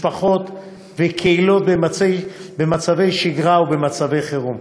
משפחות וקהילות במצבי שגרה ובמצבי חירום